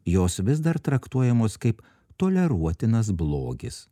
jos vis dar traktuojamos kaip toleruotinas blogis